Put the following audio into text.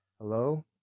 hello